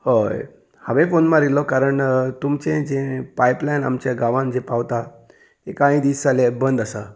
हय हांवें फोन मारिल्लो कारण तुमचें जें पायपलायन आमच्या गांवान जे पावता ते कांय दीस जाले बंद आसा